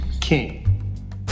king